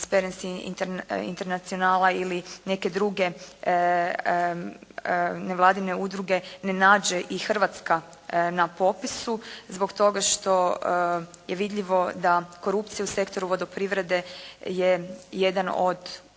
Trasparency Internationala ili neke druge nevladine udruge ne nađe i Hrvatska na popisu zbog toga što je vidljivo da korupcija u sektoru vodoprivrede je jedan od uzroka